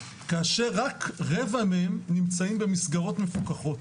כאשר רק רבע מהם נמצאים במסגרות מפוקחות.